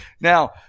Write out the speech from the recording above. Now